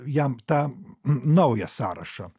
jam tą naują sąrašą